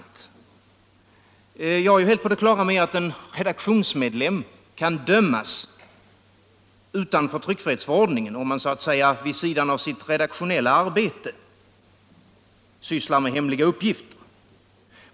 Det är för mig helt klart att en redaktionsmedlem kan dömas utanför tryckfrihetsförordningen om han så att säga vid sidan av sitt redaktionella arbete sysslar med hemliga uppgifter.